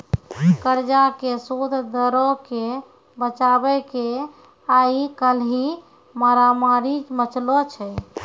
कर्जा के सूद दरो के बचाबै के आइ काल्हि मारामारी मचलो छै